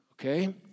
okay